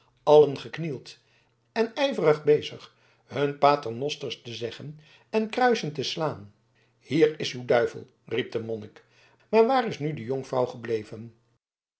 allen geknield en ijverig bezig hun pater nosters te zeggen en kruisen te slaan hier is uw duivel riep de monnik maar waar is nu de jonkvrouw gebleven